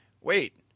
wait